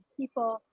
people